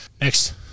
Next